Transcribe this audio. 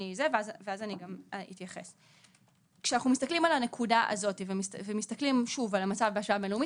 כשאנחנו מסתכלים על הנקודה הזאת ומסתכלים שוב על המצב הבין-לאומי,